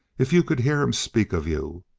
if you could hear him speak of you!